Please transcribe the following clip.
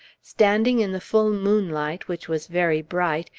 standing in the full moonlight, which was very bright,